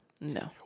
No